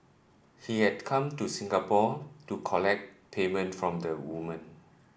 he had come to Singapore to collect payment from the woman